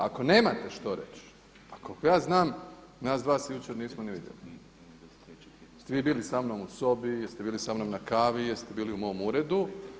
Ako nemate što reći, a koliko ja znam, nas dva se jučer nismo ni vidjeli, jeste li vi bili samnom u sobi, jeste li bili samnom na kavi, jeste bili u mom uredu?